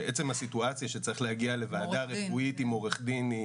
שעצם הסיטואציה שצריך להגיע לוועדה רפואית עם עורך דין,